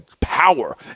power